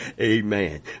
amen